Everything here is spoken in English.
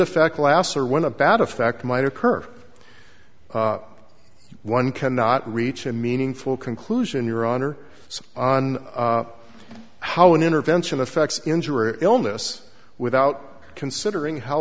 effect last or when a bad effect might occur one cannot reach a meaningful conclusion your honor on how an intervention affects injury or illness without considering how